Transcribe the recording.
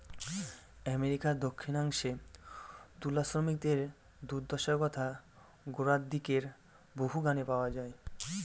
আমেরিকার দক্ষিনাংশে তুলা শ্রমিকদের দূর্দশার কথা গোড়ার দিকের বহু গানে পাওয়া যায়